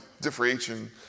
differentiation